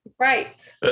right